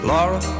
Laura